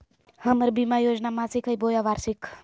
हमर बीमा योजना मासिक हई बोया वार्षिक?